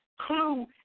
clue